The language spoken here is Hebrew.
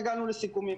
הגענו לסיכומים.